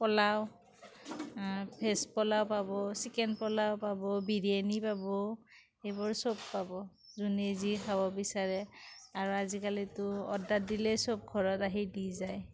pulao veg pulao পাব chicken pulao পাব বিৰিয়ানি পাব এইবোৰ চব পাব যোনে যি খাব বিচাৰে আৰু আজিকালিতো অৰ্ডাৰ দিলে চব ঘৰত আহি দি যায়